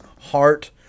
heart